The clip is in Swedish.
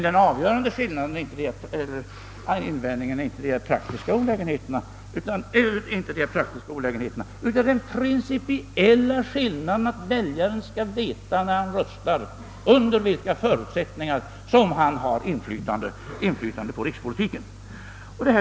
Den avgörande invändningen är emellertid inte de praktiska olägenheterna, utan den principiella skillnaden att väljaren när han röstar skall veta under vilka förutsättningar han har inflytande på rikspolitiken.